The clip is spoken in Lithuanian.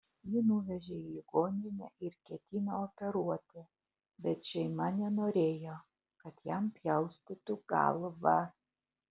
jį nuvežė į ligoninę ir ketino operuoti bet šeima nenorėjo kad jam pjaustytų galvą